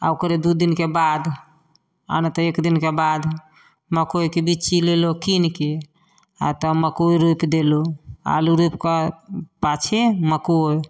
आओर ओकरे दुइ दिनके बाद आओर नहि तऽ एक दिनके बाद मकइके बिच्ची लेलहुँ किनिकऽ आओर तब मकइ रोपि देलहुँ आलू रोपिकऽ पाछे मकइ